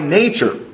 nature